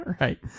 Right